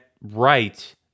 right